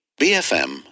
BFM